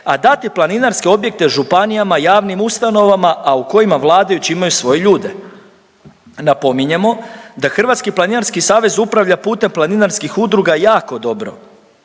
a dati planinarske objekte županijama i javnim ustanovama, a u kojima vladajući imaju svoje ljude. Napominjemo, da Hrvatski planinarski savez upravlja putem planinarskih udruga jako dobro